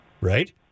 Right